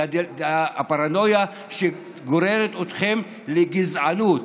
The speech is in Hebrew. זאת הפרנויה שגוררת אתכם לגזענות.